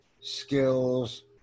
skills